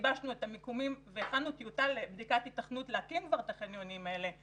גיבשנו את המיקומים והכנו טיוטה לבדיקת היתכנות להקמת החניונים האלה.